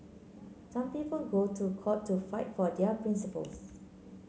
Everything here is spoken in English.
some people go to court to fight for their principles